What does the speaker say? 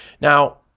Now